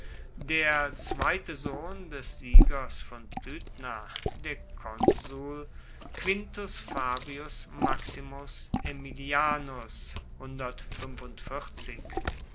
der zweite sohn des siegers von pydna der konsul quintus fabius maximus aemilianus